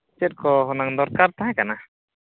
ᱪᱮᱫ ᱠᱚ ᱦᱩᱱᱟᱹᱝ ᱫᱚᱨᱠᱟᱨ ᱛᱟᱦᱮᱸ ᱠᱟᱱᱟ